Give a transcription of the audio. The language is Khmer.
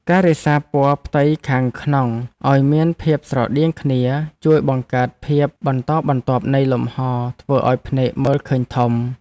ការរក្សាពណ៌ផ្ទៃខាងក្នុងឱ្យមានភាពស្រដៀងគ្នាជួយបង្កើតភាពបន្តបន្ទាប់នៃលំហរធ្វើឱ្យភ្នែកមើលឃើញធំ។